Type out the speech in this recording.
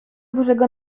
bożego